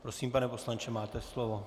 Prosím, pane poslanče, máte slovo.